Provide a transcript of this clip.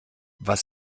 was